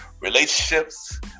relationships